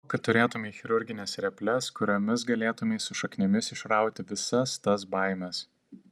o kad turėtumei chirurgines reples kuriomis galėtumei su šaknimis išrauti visas tas baimes